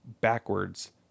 backwards